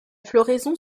floraison